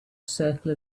circle